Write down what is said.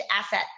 asset